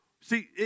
See